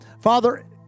Father